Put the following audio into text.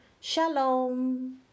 Shalom